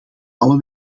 alle